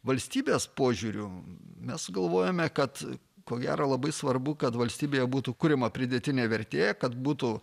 valstybės požiūriu mes galvojome kad ko gero labai svarbu kad valstybėje būtų kuriama pridėtinė vertė kad būtų